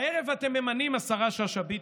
הערב אתם ממנים, השרה שאשא ביטון,